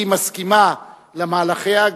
למהלכיה,